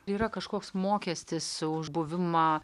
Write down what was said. yra kažkoks mokestis už buvimą